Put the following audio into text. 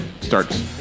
starts